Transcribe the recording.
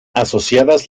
asociadas